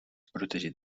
protegit